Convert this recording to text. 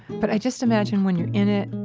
but i just imagine when you're in it,